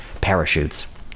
Parachutes